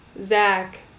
Zach